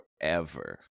forever